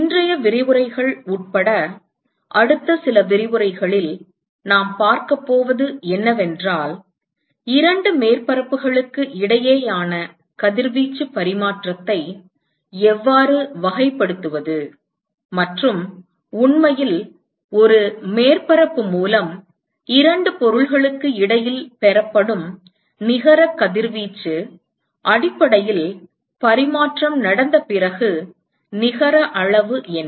இன்றைய விரிவுரைகள் உட்பட அடுத்த சில விரிவுரைகளில் நாம் பார்க்கப் போவது என்னவென்றால் இரண்டு மேற்பரப்புகளுக்கு இடையேயான கதிர்வீச்சு பரிமாற்றத்தை எவ்வாறு வகைப்படுத்துவது மற்றும் உண்மையில் ஒரு மேற்பரப்பு மூலம் இரண்டு பொருள்களுக்கு இடையில் பெறப்படும் நிகர கதிர்வீச்சு அடிப்படையில் பரிமாற்றம் நடந்த பிறகு நிகர அளவு என்ன